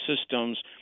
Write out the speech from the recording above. systems